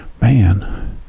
man